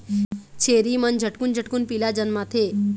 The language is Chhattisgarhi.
छेरी मन झटकुन झटकुन पीला जनमाथे